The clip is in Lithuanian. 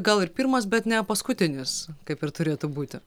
gal ir pirmas bet ne paskutinis kaip ir turėtų būti